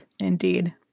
indeed